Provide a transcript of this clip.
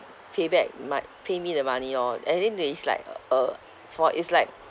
pay back my pay me the money lor and then they is like uh uh for is like